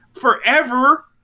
forever